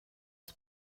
els